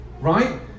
right